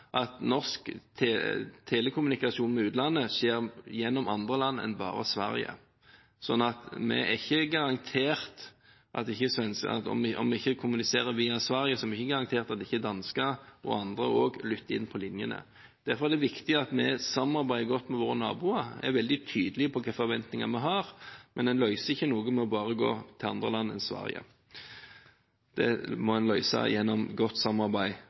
at norsk telekommunikasjon med utlandet skjer gjennom andre land enn bare Sverige, sånn at om vi ikke kommuniserer via Sverige, er vi ikke garantert at ikke dansker og andre også lytter på linjene. Derfor er det viktig at vi samarbeider godt med våre naboer og er veldig tydelige på hvilke forventninger vi har. Men en løser ikke noe bare ved å gå til andre land enn Sverige, det må en løse gjennom godt samarbeid